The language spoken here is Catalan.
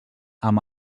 amb